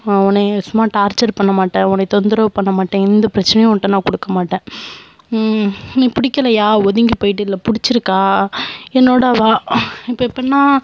உன்னைய சும்மாக டார்ச்சர் பண்ண மாட்டேன் உன்னை தொந்தரவு பண்ண மாட்டேன் எந்த பிரச்சினையும் உன்ட்ட நான் கொடுக்க மாட்டேன் நீ பிடிக்கலையா ஒதுங்கி போயிட்டு இல்லை பிடிச்சிருக்கா என்னோடய வா இப்போ எப்பிடினா